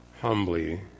humbly